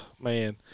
Man